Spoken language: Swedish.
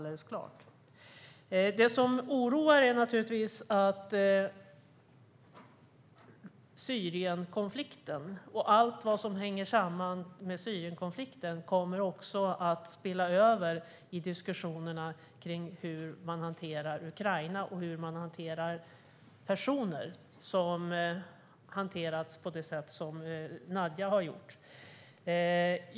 Det som oroar är naturligtvis att Syrienkonflikten och allt vad som hänger samman med Syrienkonflikten också kommer att spilla över i diskussionerna om hur Ukraina har hanterats och hur personer som Nadija har hanterats.